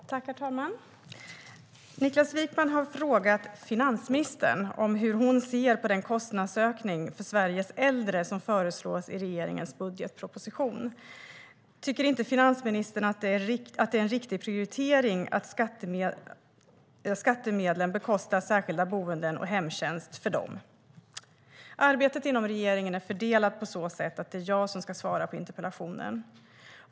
Herr talman! Niklas Wykman har frågat finansministern hur hon ser på den kostnadsökning för Sveriges äldre som föreslås i regeringens budgetproposition och om hon inte tycker att det är en riktig prioritering att med skattemedel bekosta särskilda boenden och hemtjänst för dem. Arbetet inom regeringen är så fördelat att det är jag som ska svara på interpellationen.